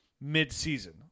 mid-season